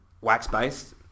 wax-based